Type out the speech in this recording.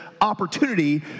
opportunity